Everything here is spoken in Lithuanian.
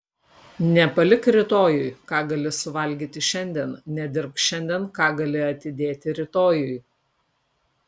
nepalik rytojui ką gali suvalgyti šiandien nedirbk šiandien ką gali atidėti rytojui